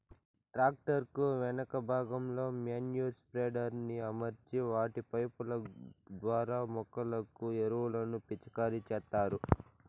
tractor కు వెనుక భాగంలో మేన్యుర్ స్ప్రెడర్ ని అమర్చి వాటి పైపు ల ద్వారా మొక్కలకు ఎరువులను పిచికారి చేత్తారు